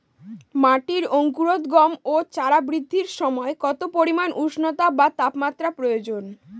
গমের অঙ্কুরোদগম ও চারা বৃদ্ধির সময় কত পরিমান উষ্ণতা বা তাপমাত্রা প্রয়োজন?